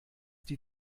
die